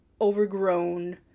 overgrown